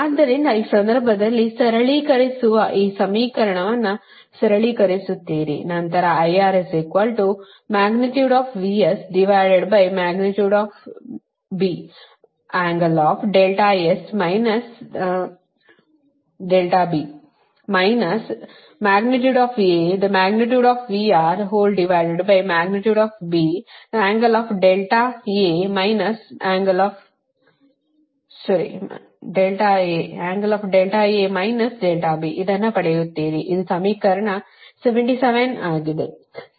ಆದ್ದರಿಂದ ಈ ಸಂದರ್ಭದಲ್ಲಿ ಸರಳೀಕರಿಸುವ ಈ ಸಮೀಕರಣವನ್ನು ಸರಳೀಕರಿಸುತ್ತೀರಿ ನಂತರ ಇದನ್ನು ಪಡೆಯುತ್ತೀರಿ ಇದು ಸಮೀಕರಣ 77 ಆಗಿದೆ